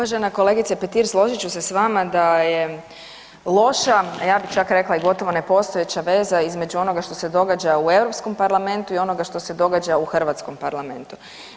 Uvažena kolegice Petir, složit ću se s vama da je loša a ja bih čak rekla i gotovo nepostojeća veza između onoga što se događa u Europskom parlamentu i onoga što se događa u hrvatskom parlamentu.